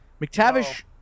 McTavish